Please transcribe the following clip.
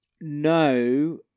no